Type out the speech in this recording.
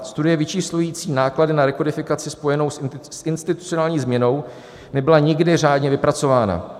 Studie vyčíslující náklady na rekodifikaci spojenou s institucionální změnou nebyla nikdy řádně vypracována.